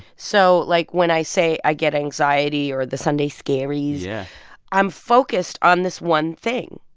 so, like, when i say i get anxiety or the sunday scaries, yeah i'm focused on this one thing.